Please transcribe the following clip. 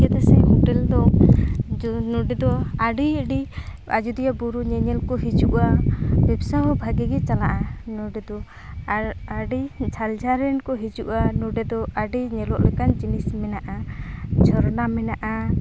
ᱪᱤᱠᱟᱹᱛᱮ ᱥᱮ ᱦᱳᱴᱮᱞ ᱫᱚ ᱡᱮ ᱱᱚᱸᱰᱮ ᱫᱚ ᱟᱹᱰᱤ ᱟᱹᱰᱤ ᱟᱡᱚᱫᱤᱭᱟᱹ ᱵᱩᱨᱩ ᱧᱮᱧᱮᱞ ᱠᱚ ᱦᱤᱡᱩᱜᱼᱟ ᱵᱮᱵᱥᱟ ᱦᱚᱸ ᱵᱷᱟᱜᱤ ᱜᱮ ᱪᱟᱞᱟᱜᱼᱟ ᱱᱚᱸᱰᱮ ᱫᱚ ᱟᱨ ᱟᱹᱰᱤ ᱡᱷᱟᱹᱞ ᱡᱷᱟᱹᱞ ᱨᱮᱱ ᱠᱚ ᱦᱤᱡᱩᱜᱼᱟ ᱱᱚᱸᱰᱮ ᱫᱚ ᱟᱹᱰᱤ ᱧᱮᱞᱚᱜ ᱞᱮᱠᱟᱱ ᱡᱤᱱᱤᱥ ᱢᱮᱱᱟᱜᱼᱟ ᱡᱷᱚᱨᱱᱟ ᱢᱮᱱᱟᱜᱼᱟ